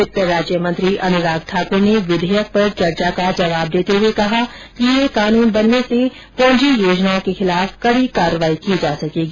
वित्त राज्य मंत्री अनुराग ठाकुर ने विधेयक पर चर्चा का जवाब देते हुए कहा कि यह कानून बनने से पोंजी योजनाओं के खिलाफ कड़ी कार्यवाही की जा सकेगी